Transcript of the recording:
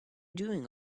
doing